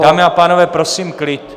Dámy a pánové, prosím o klid.